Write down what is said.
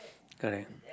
correct